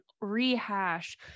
rehash